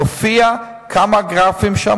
מופיעים שם כמה גרפים,